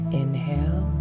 inhale